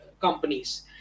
companies